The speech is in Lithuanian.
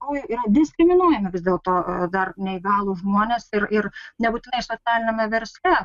o yra diskriminuojami vis dėlto dar neįgalūs žmonės ir ir nebūtinai socialiniame versle